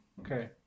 Okay